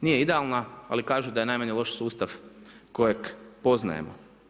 Nije idealna, ali kažu da je najmanje loš sustav kojeg poznajemo.